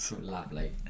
Lovely